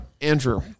Andrew